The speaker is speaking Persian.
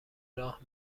راه